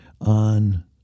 on